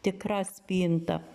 tikra spinta